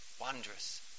wondrous